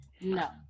No